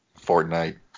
Fortnite